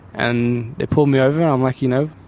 and they pulled me over and i'm like, you know,